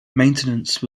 maintenance